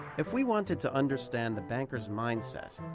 if we wanted to understand the bankers' mind-set,